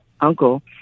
uncle